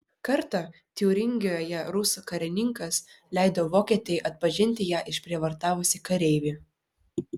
kartą tiuringijoje rusų karininkas leido vokietei atpažinti ją išprievartavusį kareivį